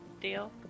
deal